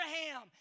Abraham